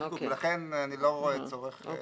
לכן אני לא רואה צורך.